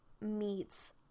meets